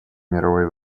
мировой